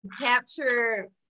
capture